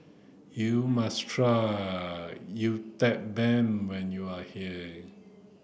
you must try Uthapam when you are here